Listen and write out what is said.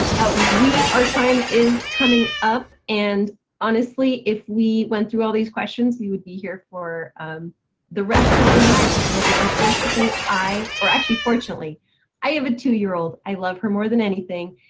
we, our time is coming up. and honestly, if we went through all these questions, we would be here for the rest of the night. and unfortunately or actually fortunately i have a two year old, i love her more than anything,